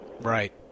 right